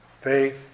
faith